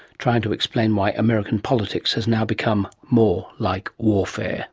trying to explain why american politics has now become more like warfare